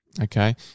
Okay